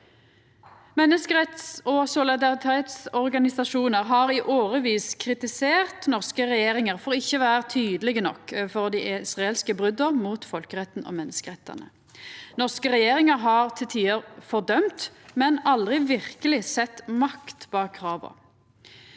Menneskeretts- og solidaritetsorganisasjonar har i årevis kritisert norske regjeringar for ikkje å vera tydelege nok overfor dei israelske brota mot folkeretten og menneskerettane. Norske regjeringar har til tider fordømt, men aldri verkeleg sett makt bak krava.